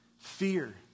fear